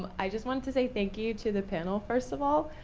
i just wanted to say, thank you to the panel, first of all.